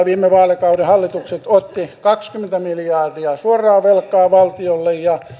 viime vaalikauden hallitukset ottivat kaksikymmentä miljardia suoraa velkaa valtiolle ja